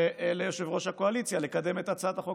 יושב-ראש הקואליציה לקדם את הצעת החוק